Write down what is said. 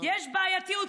יש בעייתיות,